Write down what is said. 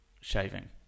shaving